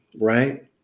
right